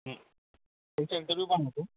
त्यांचे इंटरव्ह्यू पण होते